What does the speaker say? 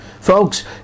Folks